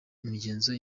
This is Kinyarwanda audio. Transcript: imigenzo